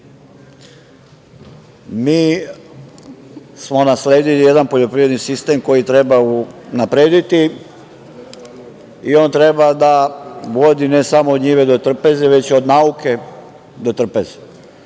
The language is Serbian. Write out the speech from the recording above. Mi smo nasledili jedan poljoprivredni sistem koji treba unaprediti i on treba da vodi, ne samo od njive do trpeze, nego od nauke do trpeze.